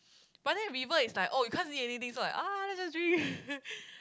but then river is like oh you can't eat anything so like ah let's just drink